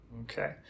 Okay